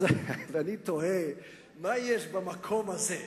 אז אני תוהה, מה יש במקום הזה,